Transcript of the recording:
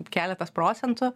keletas procentų